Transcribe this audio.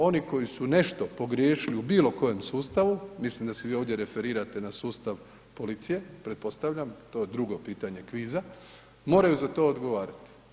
Oni koji su nešto pogriješili u bilokojem sustavu, mislim da se vi ovdje referirate na sustav policije, pretpostavljam, to je drugo pitanje kviza, moraju za to odgovarati.